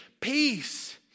peace